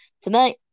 Tonight